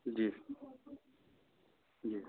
जी जी